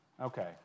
okay